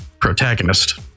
protagonist